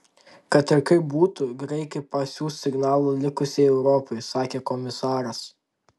kad ir kaip būtų graikai pasiųs signalą likusiai europai sakė komisaras